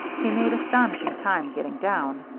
he made astonishing time getting down.